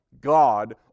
God